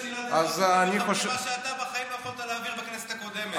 מה שאתה בחיים לא יכולת להעביר בכנסת הקודמת.